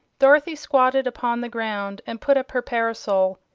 dorothy squatted upon the ground and put up her parasol,